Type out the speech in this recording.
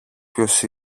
ποιος